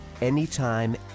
anytime